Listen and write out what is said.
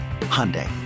Hyundai